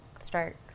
start